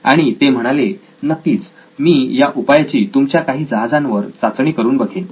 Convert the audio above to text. आणि ते म्हणाले नक्कीच मी या उपायाची तुमच्या काही जहाजांवर चाचणी करुन बघेन